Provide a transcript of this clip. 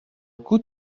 coup